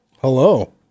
Hello